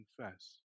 confess